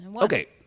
Okay